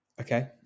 Okay